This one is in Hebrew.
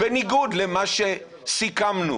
למה שסיכמנו